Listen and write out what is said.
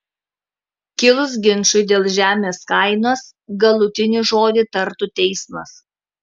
kilus ginčui dėl žemės kainos galutinį žodį tartų teismas